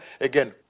again